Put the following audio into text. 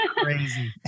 crazy